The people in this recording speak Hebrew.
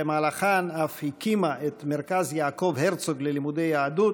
שבמהלכן אף הקימה את מרכז יעקב הרצוג ללימודי יהדות,